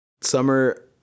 summer